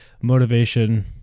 motivation